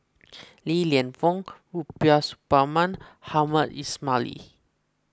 Li Lienfung Rubiah Suparman Hamed Ismail Lee